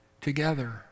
together